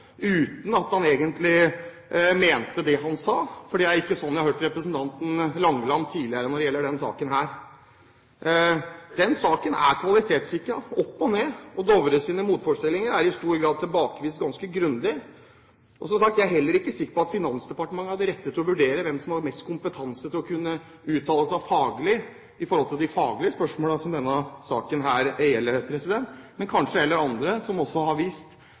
uten at han egentlig mente det han sa. Det er ikke sånn jeg har hørt representanten Langeland tidligere når det gjelder denne saken. Denne saken er kvalitetssikret opp og ned, og Dovres motforestillinger er i stor grad tilbakevist ganske grundig. Og som sagt: Jeg er heller ikke sikker på at Finansdepartementet er den rette til å vurdere hvem som har mest kompetanse til å kunne uttale seg faglig om de faglige spørsmålene som denne saken gjelder, men kanskje heller andre som også har vist